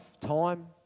time